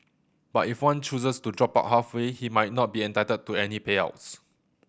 but if one chooses to drop out halfway he might not be entitled to any payouts